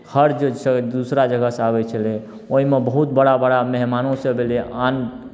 हर जे दूसरा जगहसँ आबै छलै ओहिमे बहुत बड़ा बड़ा मेहमानोसभ अयलै आन